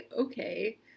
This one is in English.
Okay